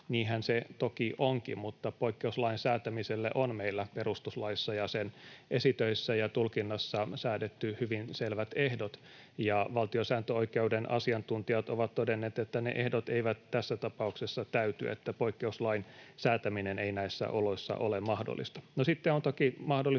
Niinhän se toki onkin, mutta poikkeuslain säätämiselle on meillä perustuslaissa ja sen esitöissä ja tulkinnassa säädetty hyvin selvät ehdot, ja valtiosääntöoikeuden asiantuntijat ovat todenneet, että ne ehdot eivät tässä tapauksessa täyty, että poikkeuslain säätäminen ei näissä oloissa ole mahdollista.